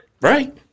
Right